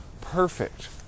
perfect